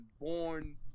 born